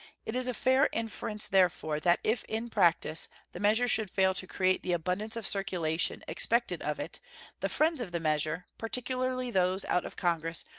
it is a fair inference, therefore, that if in practice the measure should fail to create the abundance of circulation expected of it the friends of the measure, particularly those out of congress,